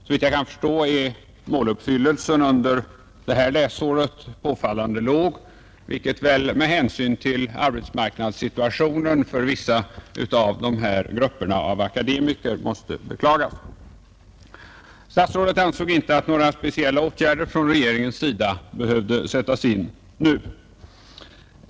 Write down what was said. Såvitt jag kan förstå är måluppfyllelsen under detta läsår påfallande låg, vilket måste beklagas med hänsyn till arbetsmarknadssituationen för vissa av dessa akademikergrupper. Statsrådet ansåg inte att några speciella åtgärder behövde sättas in från regeringens sida nu.